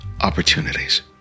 opportunities